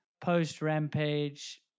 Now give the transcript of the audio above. post-Rampage